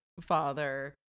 father